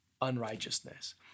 unrighteousness